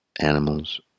animals